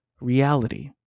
reality